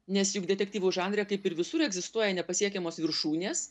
nes juk detektyvų žanre kaip ir visur egzistuoja nepasiekiamos viršūnės